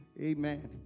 Amen